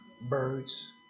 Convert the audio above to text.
birds